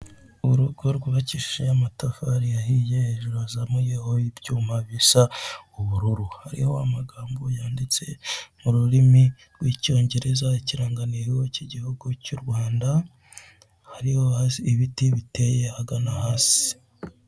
Urugo rwubakishije amatafari ahiye, hejuru hazamuyeho ibyuma bisa ubururu, hariho amagambo yanditse mu rurimi rw'icyongereza, ikiranga ntego cy'igihugu cy'u Rwanda, hariho hasi ibiti biteye ahagana hasi.